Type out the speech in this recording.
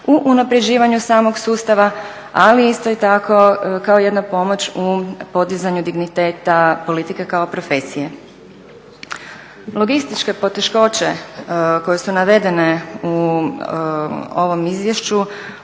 u unaprjeđivanju samog sustava ali isto i tako kao jedna pomoć u podizanju digniteta politike kao profesije. Logističke poteškoće koje su navedene u ovom izvješću